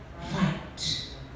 fight